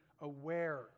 aware